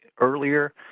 Earlier